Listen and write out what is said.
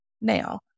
Now